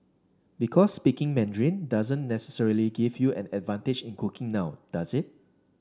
because speaking Mandarin doesn't necessarily give you an advantage in cooking now does it